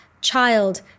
child